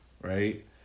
Right